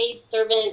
servant